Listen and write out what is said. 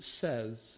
says